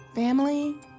Family